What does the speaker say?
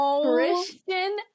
Christian